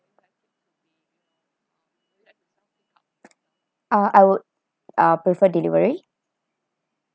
uh I would uh prefer delivery